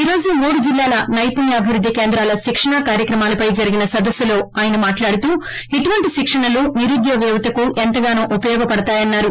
ఈరోజు మూడు జిల్లాల నైపుణ్యాభివుద్ది కేంద్రాల శిక్షణ కార్యక్రమాలపై జరిగిన సదస్సులో ఆయన మాట్లాడుతూఇటువంటి శిక్షణలు నిరుద్యోగ యువతకు ఎంతగానో ఉపయోగపడుతున్నా యని అన్నారు